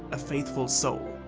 a faithful soul.